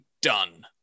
done